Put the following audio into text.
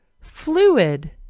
Fluid